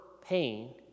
pain